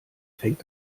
fängt